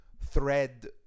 thread